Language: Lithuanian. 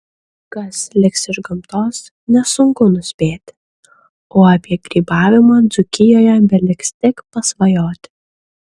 kas liks iš gamtos nesunku nuspėti o apie grybavimą dzūkijoje beliks tik pasvajoti